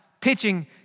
pitching